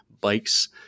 bikes